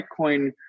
Bitcoin